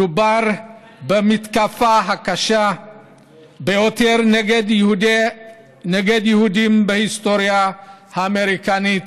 מדובר במתקפה הקשה ביותר נגד יהודים בהיסטוריה האמריקנית.